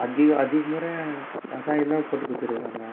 அதிகம் அதிகம் முறை கசாயம் தான் போட்டு கொடுத்துருக்கிறாங்க